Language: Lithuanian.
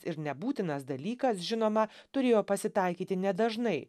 ir nebūtinas dalykas žinoma turėjo pasitaikyti nedažnai